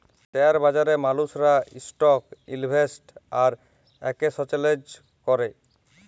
share বাজারে মালুসরা stock invest আর একেসচেলজ ক্যরে